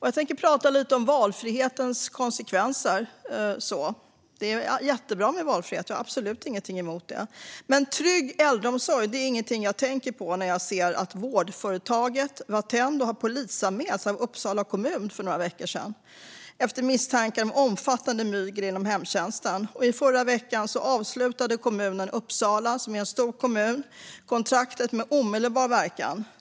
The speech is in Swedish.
Jag tänker prata lite om valfrihetens konsekvenser. Det är jättebra med valfrihet; jag har absolut ingenting emot det. Men trygg äldreomsorg är ingenting jag tänker på när jag ser att vårdföretaget Attendo för några veckor sedan polisanmäldes av Uppsala kommun efter misstanke om omfattande mygel inom hemtjänsten. I förra veckan avslutade kommunen Uppsala, som är en stor kommun, kontraktet med omedelbar verkan.